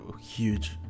huge